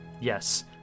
yes